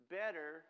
better